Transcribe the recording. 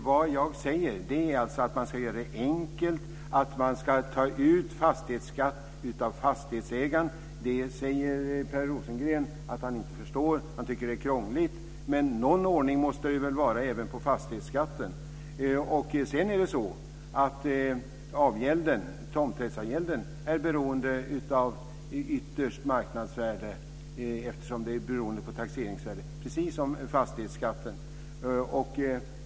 Fru talman! Vad jag säger är att man ska göra det enkelt. Man ska ta ut fastighetsskatt av fastighetsägaren. Det säger Per Rosengren att han inte förstår. Han tycker att det är krångligt. Men någon ordning måste det väl vara även på fastighetsskatten. Tomträttsavgälden är ytterst beroende av marknadsvärdet, eftersom det är beroende av taxeringsvärdet, precis som fastighetsskatten.